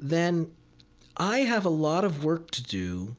then i have a lot of work to do